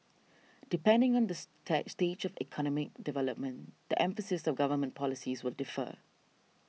depending on the stage of economic development the emphasis of government policies will differ